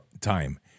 time